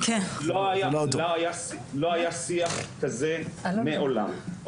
לא היה שיח כזה מעולם,